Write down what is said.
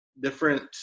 different